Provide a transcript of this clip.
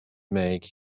make